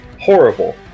horrible